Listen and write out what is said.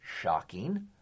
Shocking